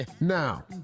Now